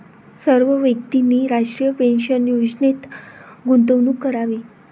सर्व व्यक्तींनी राष्ट्रीय पेन्शन योजनेत गुंतवणूक करावी